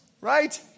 right